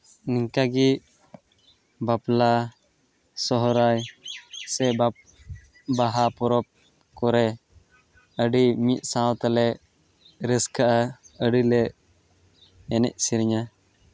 ᱱᱤᱝᱠᱟ ᱜᱮ ᱵᱟᱯᱞᱟ ᱥᱚᱨᱦᱟᱭ ᱥᱮ ᱵᱟᱦᱟ ᱯᱚᱨᱚᱵᱽ ᱠᱚᱨᱮ ᱟᱹᱰᱤ ᱢᱤᱫ ᱥᱟᱶᱛᱮᱞᱮ ᱨᱟᱹᱥᱠᱟᱹᱜᱼᱟ ᱟᱹᱰᱤ ᱞᱮ ᱮᱱᱮᱡᱽ ᱥᱮᱨᱮᱧᱟ